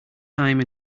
time